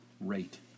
Rate